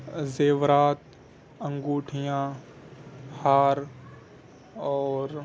زیورات انگوٹھیاں ہار اور